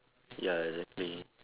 ya exactly